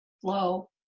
flow